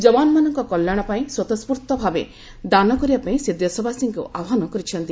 ଯବାନମାନଙ୍କ କଲ୍ୟାଣ ପାଇଁ ସ୍ୱତସ୍କୁର୍ତ୍ତ ଭାବେ ଦାନ କରିବାପାଇଁ ସେ ଦେଶବାସୀଙ୍କୁ ଆହ୍ୱାନ କରିଛନ୍ତି